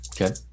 Okay